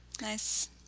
nice